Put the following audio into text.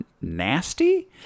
nasty